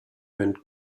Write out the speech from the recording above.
went